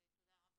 אז תודה רבה,